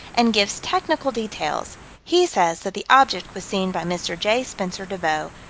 and gives technical details he says that the object was seen by mr. j. spencer devoe,